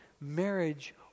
marriage